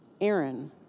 Aaron